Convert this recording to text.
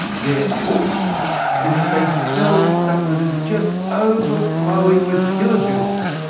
their fourth trick is that they sell stuff that is just overflowing with kilojoules.